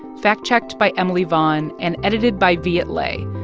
fact-checked by emily vaughn and edited by viet le,